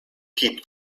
keep